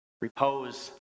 repose